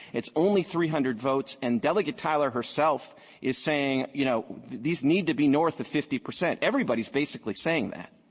it's only three hundred votes. and delegate tyler herself is saying, you know, these need to be north of fifty percent. everybody is basically saying that.